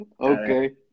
Okay